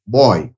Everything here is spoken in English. boy